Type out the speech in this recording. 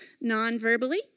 non-verbally